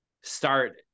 start